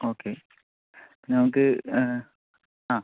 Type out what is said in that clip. okay ഞങ്ങൾക്ക് ആ